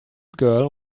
girl